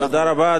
אנחנו, תודה רבה.